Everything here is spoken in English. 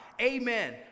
AMEN